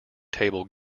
table